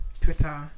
Twitter